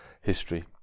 history